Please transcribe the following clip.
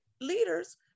leaders